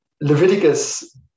Leviticus